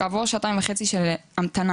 כעבור שעתיים וחצי של המתנה,